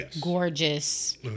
gorgeous